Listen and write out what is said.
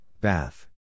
Bath